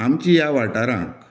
आमची ह्या वाठारांत